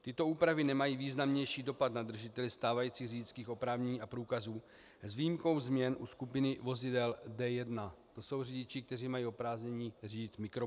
Tyto úpravy nemají významnější dopad na držitele stávajících řidičských oprávnění a průkazů, s výjimkou změn u skupiny vozidel D1, to jsou řidiči, kteří mají oprávnění řídit mikrobusy.